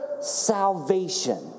salvation